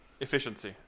Efficiency